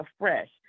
afresh